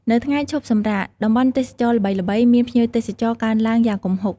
នៅថ្ងៃឈប់សម្រាក តំបន់ទេសចរណ៍ល្បីៗមានភ្ញៀវទេសចរណ៍កើនឡើងយ៉ាងគំហុក។